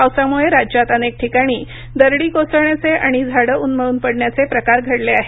पावसामुळं राज्यात अनेक ठिकाणी दरडी कोसळण्याचे आणि झाडे उन्मळून पडण्याचे प्रकार घडले आहेत